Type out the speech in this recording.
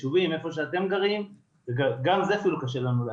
בישובים איפה שאתם גרים וגם זה אפילו קשה לנו לעשות.